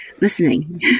listening